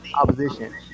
opposition